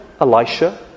Elisha